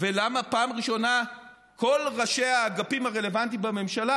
ולמה פעם ראשונה כל ראשי האגפים הרלוונטיים בממשלה,